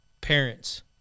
Parents